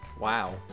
Wow